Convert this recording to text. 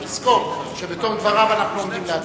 רק יזכור שבתום דבריו אנחנו עומדים להצביע.